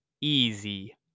easy